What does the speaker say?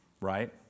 Right